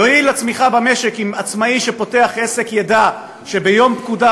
יועיל לצמיחה במשק אם עצמאי שפותח עסק ידע שביום פקודה,